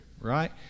Right